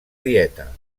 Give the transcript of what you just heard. dieta